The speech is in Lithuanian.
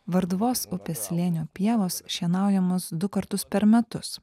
varduvos upės slėnio pievos šienaujamos du kartus per metus